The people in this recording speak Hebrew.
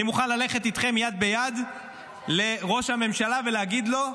אני מוכן ללכת איתכם יד ביד לראש הממשלה ולהגיד לו: